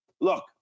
look